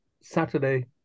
Saturday